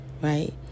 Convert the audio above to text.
right